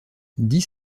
dix